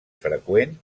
freqüent